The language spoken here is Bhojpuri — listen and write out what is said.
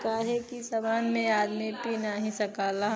काहे कि सबहन में आदमी पी नाही सकला